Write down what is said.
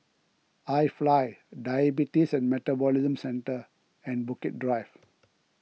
iFly Diabetes and Metabolism Centre and Bukit Drive